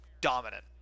dominant